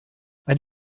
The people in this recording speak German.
ein